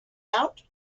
out